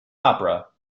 opera